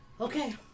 Okay